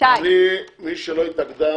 מי שלא התאגדה,